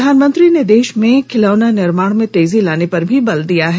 प्रधानमंत्री ने देश में खिलौना निर्माण में तेजी लाने पर भी बल दिया है